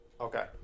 Okay